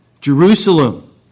Jerusalem